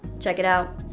check it out.